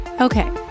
Okay